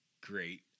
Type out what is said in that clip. great